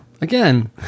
Again